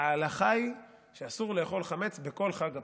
ההלכה היא שאסור לאכול חמץ בכל חג הפסח.